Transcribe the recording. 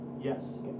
Yes